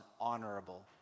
honorable